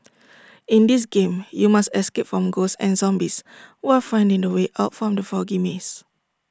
in this game you must escape from ghosts and zombies while finding the way out from the foggy maze